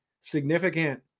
significant